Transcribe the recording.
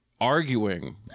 arguing